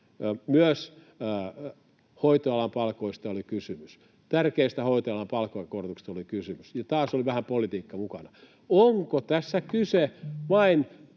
myös hoitoalan palkoista oli kysymys, tärkeistä hoitoalan palkankorotuksista oli kysymys, ja taas oli vähän politiikka mukana.